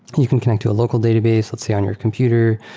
you can connect to a local database, let's say on your computer.